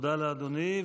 תודה לאדוני.